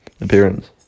appearance